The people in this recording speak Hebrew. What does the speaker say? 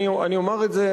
אני אומר את זה,